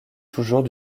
toujours